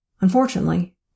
Unfortunately